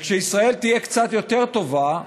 וכשישראל תהיה קצת יותר טובה,